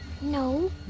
No